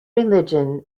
religion